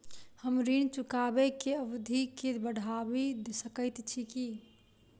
हम ऋण चुकाबै केँ अवधि केँ बढ़ाबी सकैत छी की?